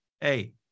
hey